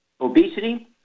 obesity